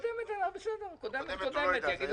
על הקודמת יאמרו שאנחנו היסטוריה.